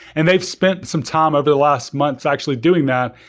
and they've spent some time over the last months actually doing that.